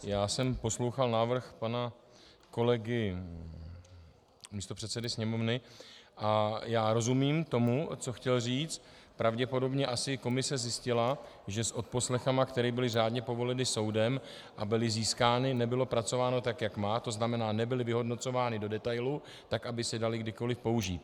Vážený pane místopředsedo, já jsem poslouchal návrh pana kolegy místopředsedy Sněmovny a rozumím tomu, co chtěl říct, pravděpodobně asi komise zjistila, že s odposlechy, které byly řádně povoleny soudem a byly získány, nebylo pracováno tak, jak má, to znamená, nebyly vyhodnocovány do detailů, tak aby se daly kdykoli použít.